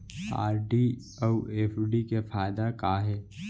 RD अऊ FD के फायेदा का हे?